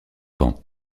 kant